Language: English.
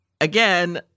again